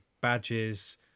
badges